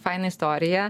fainą istoriją